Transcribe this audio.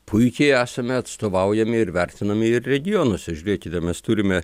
puikiai esame atstovaujami ir vertinami ir regionuose žiūrėkite mes turime